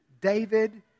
David